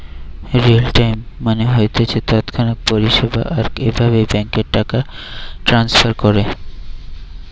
real time মানে হচ্ছে তৎক্ষণাৎ পরিষেবা আর এভাবে ব্যাংকে টাকা ট্রাস্নফার কোরে